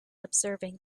observing